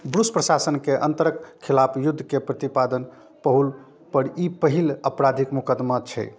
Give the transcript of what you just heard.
Bush प्रशासनके अन्तरके खिलाफ युद्धके प्रतिपादन पहुलपर ई पहिल आपराधिक मुकदमा छै